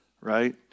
right